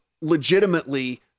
legitimately